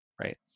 right